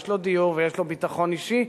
יש לו דיור ויש לו ביטחון אישי,